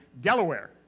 Delaware